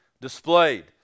displayed